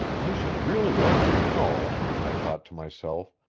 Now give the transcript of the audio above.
i should really like to know, i thought to myself,